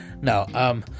No